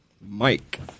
Mike